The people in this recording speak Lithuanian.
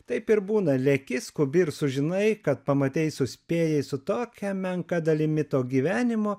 taip ir būna leki skubi ir sužinai kad pamatei suspėjai su tokia menka dalimi to gyvenimo